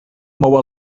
mou